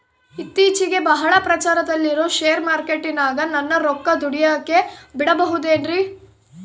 ಇತ್ತೇಚಿಗೆ ಬಹಳ ಪ್ರಚಾರದಲ್ಲಿರೋ ಶೇರ್ ಮಾರ್ಕೇಟಿನಾಗ ನನ್ನ ರೊಕ್ಕ ದುಡಿಯೋಕೆ ಬಿಡುಬಹುದೇನ್ರಿ?